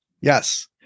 Yes